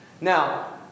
Now